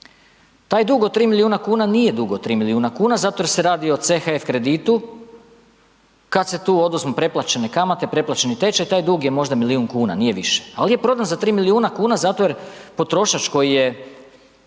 Taj dug od 3 milijuna kuna, nije dugo 3 milijuna kuna zato jer se radi o CHF kreditu, kad se tu oduzmu preplaćene kamate, preplaćeni tečaj, taj dug je možda milijun kuna, nije više ali je prodan za 3 milijuna kuna zato jer potrošač koji je